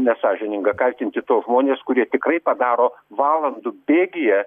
nesąžininga kaltinti tuos žmones kurie tikrai padaro valandų bėgyje